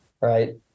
Right